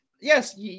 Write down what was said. yes